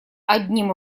одним